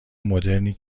مدرنی